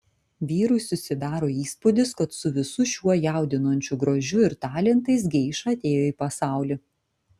vyrui susidaro įspūdis kad su visu šiuo jaudinančiu grožiu ir talentais geiša atėjo į pasaulį